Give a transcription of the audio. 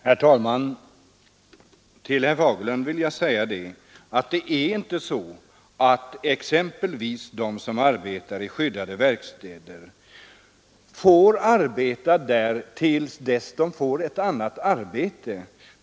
Herr talman! Det är inte så, herr Fagerlund, att t.ex. de som arbetar i skyddade verkstäder får vara kvar där till dess de erhåller annat arbete.